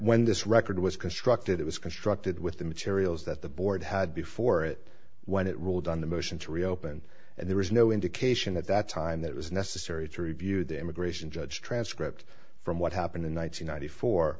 when this record was constructed it was constructed with the materials that the board had before it when it ruled on the motion to reopen and there was no indication at that time that it was necessary to review the immigration judge transcript from what happened in